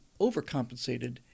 overcompensated